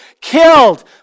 killed